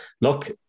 look